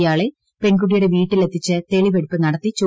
ഇയാളെ പെൺകുട്ടിയുടെ ്വീട്ടിലെത്തിച്ച് തെളിവെടുപ്പു നടത്തും